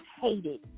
hated